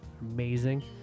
amazing